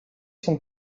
sont